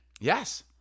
Yes